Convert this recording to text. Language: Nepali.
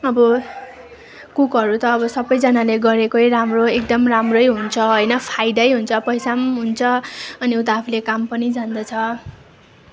अब कुकहरू त अब सबैजनाले गरेकै राम्रो एकदम राम्रै हुन्छ होइन फायदै हुन्छ पैसा पनि हुन्छ अनि उता आफूले काम पनि जान्दछ